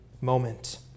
moment